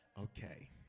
okay